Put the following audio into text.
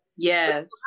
Yes